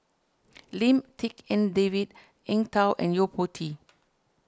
Lim Tik En David Eng Tow and Yo Po Tee